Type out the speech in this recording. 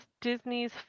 Disney's